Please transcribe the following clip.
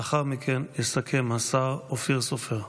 לאחר מכן יסכם השר אופיר סופר.